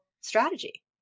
strategy